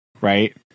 Right